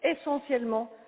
essentiellement